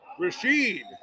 Rashid